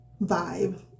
vibe